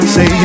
Say